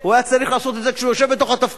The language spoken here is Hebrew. הוא היה צריך לעשות את זה כשהוא יושב בתפקיד,